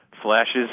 Flashes